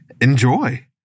Enjoy